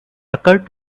occurred